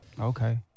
Okay